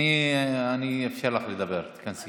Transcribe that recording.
אני אאפשר לך לדבר, תיכנסי.